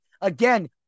Again